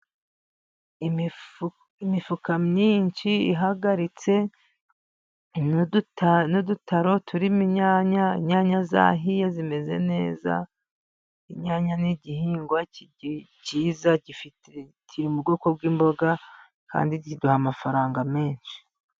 Imifuka myinshi ihagaritse, n'udutaro turimo inyanya inyanya zahiye zimeze neza, inyanya ni igihingwa cyiza kiri mu bwoko bw'imboga, kandi ziduha amafaranga menshi.